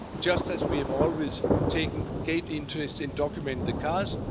just as we have always taken great interest in documenting the cars,